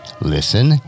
listen